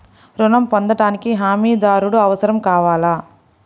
ఋణం పొందటానికి హమీదారుడు అవసరం కావాలా?